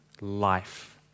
life